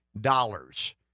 dollars